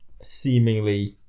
Seemingly